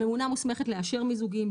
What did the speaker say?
הממונה מוסמכת לאשר מיזוגים,